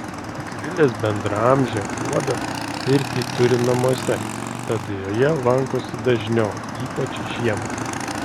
akvilės bendraamžė guoda pirtį turi namuose tad joje lankosi dažniau ypač žiemą